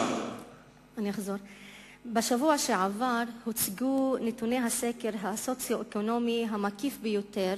הכנסת, נתוני הסקר מדאיגים ביותר